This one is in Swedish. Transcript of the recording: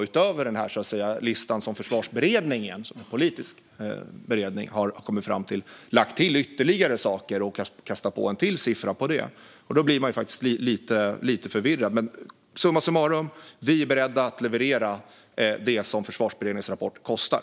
Utöver den lista som Försvarsberedningen, som ju är en politisk beredning, har kommit fram till har Försvarsmakten på eget bevåg lagt till ytterligare saker och kastat på en siffra till. Då blir man lite förvirrad. Men summa summarum är vi beredda att leverera det som Försvarsberedningens rapport kostar.